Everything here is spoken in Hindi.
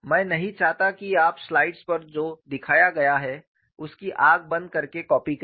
मैं नहीं चाहता कि आप स्लाइड्स पर जो दिखाया गया है उसकी आँख बंद करके कॉपी करें